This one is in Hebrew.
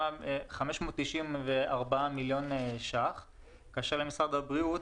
594 מיליון שקלים כאשר למשרד הבריאות,